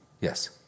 Yes